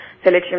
selection